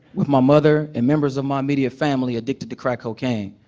with my mother and members of my immediate family addicted to crack cocaine.